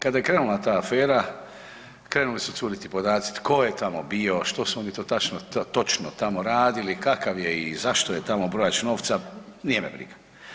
Kada je krenula ta afera, krenuli su curiti podaci, tko je tamo bio, što su oni to točno tamo radili, kakav je i zašto je tamo brojač novca, nije me briga.